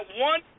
one